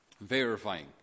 verifying